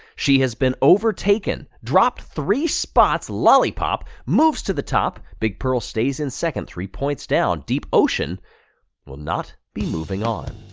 she has been overtaken, dropped three spots! lollipop moves to the top! big pearl stays in second, three points down. deep ocean will not be moving on.